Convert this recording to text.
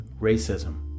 racism